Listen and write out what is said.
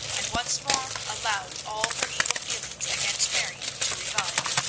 and once more allowed all her evil feelings against mary to revive.